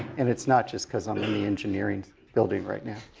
and it's not just because i'm in the engineering building right now.